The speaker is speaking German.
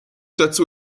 dazu